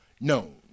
known